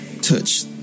Touch